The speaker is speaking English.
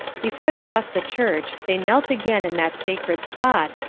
before they left the church they knelt again in that sacred spot,